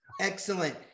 Excellent